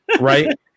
Right